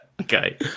okay